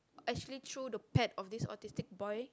actually threw the pet of this autistic boy